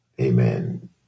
Amen